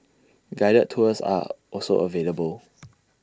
guided tours are also available